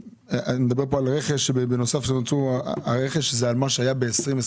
הרכש זה על מה שהיה ב-2021,